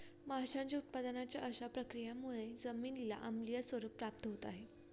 माशांच्या उत्पादनाच्या अशा प्रक्रियांमुळे जमिनीला आम्लीय स्वरूप प्राप्त होत आहे